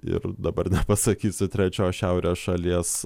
ir dabar nepasakysiu trečios šiaurės šalies